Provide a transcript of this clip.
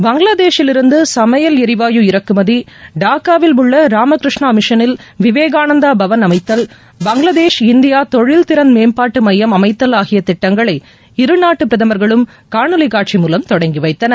பங்களாதேஷிலிருந்து சமையல் எரிவாயு இறக்குமதி டாக்காவில் உள்ள ராமகிருஷ்ணா மிஷினில் விவேகானந்தா பவன் அமைத்தல் பங்களாதேஷ் இந்தியா தொழில் திறன் மேம்பாட்டு மையம் அமைத்தல் ஆகிய திட்டங்களை இருநாட்டு பிரதமர்களும் காணொலிக் காட்சி மூலம் தொடங்கி வைத்தனர்